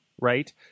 right